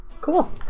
cool